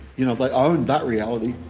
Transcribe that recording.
you know, they own that reality,